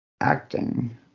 acting